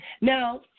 Now